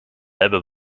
hebben